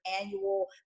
annual